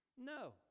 No